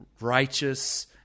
righteous